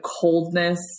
coldness